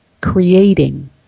creating